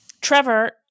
Trevor